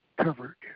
covered